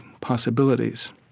possibilities